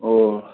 ꯑꯣ